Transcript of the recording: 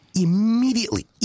immediately